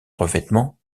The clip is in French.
revêtement